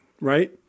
right